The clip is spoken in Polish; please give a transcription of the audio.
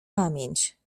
pamięć